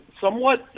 somewhat